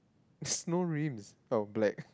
there's no rims oh black